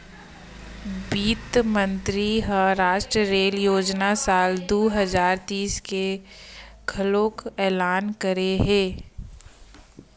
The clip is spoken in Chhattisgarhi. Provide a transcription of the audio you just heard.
बित्त मंतरी ह रास्टीय रेल योजना साल दू हजार तीस के घलोक एलान करे हे